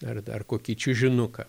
ar dar kokį čiužinuką